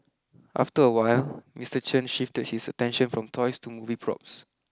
after a while Mister Chen shifted his attention from toys to movie props